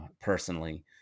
personally